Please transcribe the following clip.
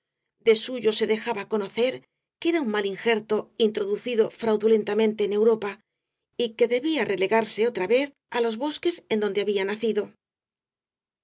de suyo se dejaba conocer que era un mal injerto introducido fraudulentamente en europa y que debía relegarse otra vez á los bosques en donde había nacido